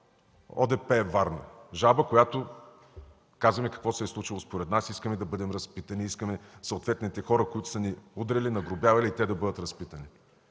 ОДП - Варна, жалба, в която казваме какво се е случило според нас, искаме да бъдем разпитани, искаме съответните хора, които са ни удряли, нагрубявали, и те да бъдат разпитани.